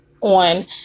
on